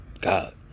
God